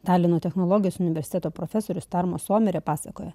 talino technologijos universiteto profesorius tarmo suomirė pasakojo